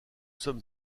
sommes